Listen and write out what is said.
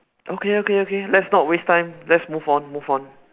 okay okay okay let's not waste time let's move on move on